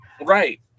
Right